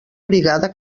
brigada